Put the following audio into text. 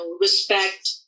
respect